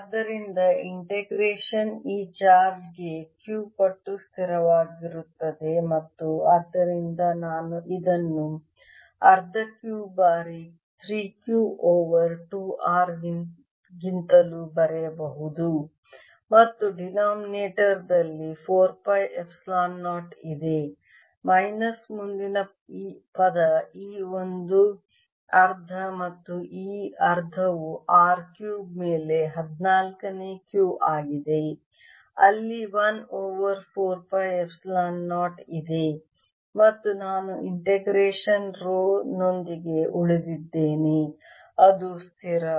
ಆದ್ದರಿಂದ ಇಂಟಿಗ್ರೇಷನ್ ಈ ಚಾರ್ಜ್ ಗೆ Q ಪಟ್ಟು ಸ್ಥಿರವಾಗಿರುತ್ತದೆ ಮತ್ತು ಆದ್ದರಿಂದ ನಾನು ಇದನ್ನು ಅರ್ಧ Q ಬಾರಿ 3 Q ಓವರ್ 2 R ಗಿಂತಲೂ ಬರೆಯಬಹುದು ಮತ್ತು ಡಿನೋಮಿನೇಟರ್ ದಲ್ಲಿ 4 ಪೈ ಎಪ್ಸಿಲಾನ್ 0 ಇದೆ ಮೈನಸ್ ಮುಂದಿನ ಪದ ಈ ಒಂದು ಅರ್ಧ ಮತ್ತು ಈ ಅರ್ಧವು R ಕ್ಯೂಬ್ ಮೇಲೆ 14 ನೇ Q ಆಗಿದೆ ಅಲ್ಲಿ 1 ಓವರ್ 4 ಪೈ ಎಪ್ಸಿಲಾನ್ 0 ಇದೆ ಮತ್ತು ನಾನು ಇಂಟಿಗ್ರೇಷನ್ ರೋ ನೊಂದಿಗೆ ಉಳಿದಿದ್ದೇನೆ ಅದು ಸ್ಥಿರ